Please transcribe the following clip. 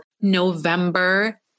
November